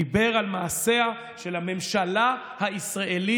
הוא דיבר על מעשיה של הממשלה הישראלית-פלסטינית,